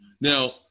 Now